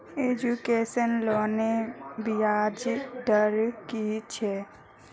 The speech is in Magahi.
एजुकेशन लोनेर ब्याज दर कि छे?